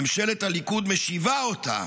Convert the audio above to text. ממשלת הליכוד משיבה אותה